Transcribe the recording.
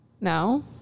no